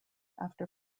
after